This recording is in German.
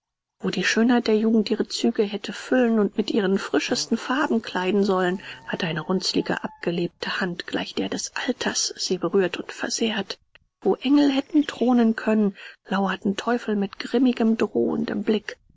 wo die schönheit der jugend ihre züge hätte füllen und mit ihren frischesten farben kleiden sollen hatte eine runzlige abgelebte hand gleich der des alters sie berührt und versehrt wo engel hätten thronen können lauerten teufel mit grimmigem drohendem blick